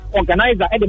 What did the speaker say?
organizer